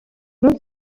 non